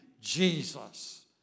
Jesus